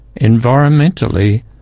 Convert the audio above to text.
environmentally